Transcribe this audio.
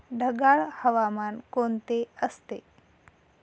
ढगाळ हवामान कोणते असते?